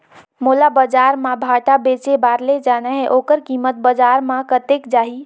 मोला बजार मां भांटा बेचे बार ले जाना हे ओकर कीमत बजार मां कतेक जाही?